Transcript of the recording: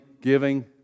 giving